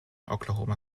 oklahoma